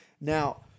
Now